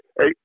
hey